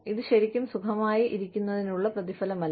ഇത് ശരിക്കും സുഖമായി ഇരിക്കുന്നതിനുള്ള പ്രതിഫലമല്ല